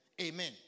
Amen